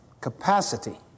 capacity